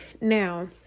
Now